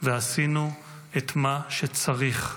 ועשינו את מה שצריך.